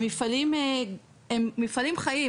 מפעלים חיים.